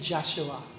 Joshua